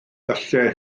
gallai